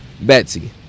Betsy